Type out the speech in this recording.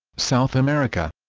south america